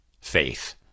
faith